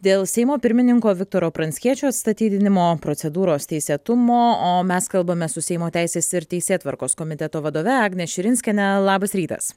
dėl seimo pirmininko viktoro pranckiečio atstatydinimo procedūros teisėtumo o mes kalbame su seimo teisės ir teisėtvarkos komiteto vadove agne širinskiene labas rytas